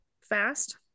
fast